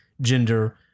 gender